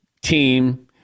team